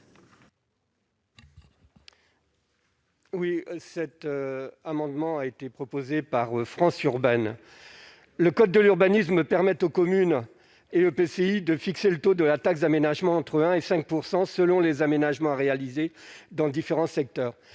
Oui, cet amendement a été proposé par France urbaine, le code de l'urbanisme permet aux communes et EPCI de fixer le taux de la taxe d'aménagement entre 1 et 5 % selon les aménagements réalisés dans différents secteurs,